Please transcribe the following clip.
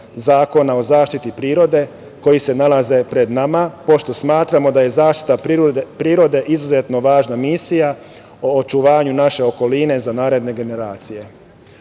Zakona o zaštiti prirode koji se nalazi pred nama, pošto smatramo da je zaštita prirode izuzetno važna misija o očuvanju naše okoline za naredne generacije.S